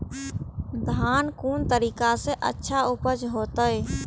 धान कोन तरीका से अच्छा उपज होते?